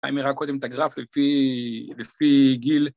‫האם הראה קודם את הגרף ‫לפי לפי גיל?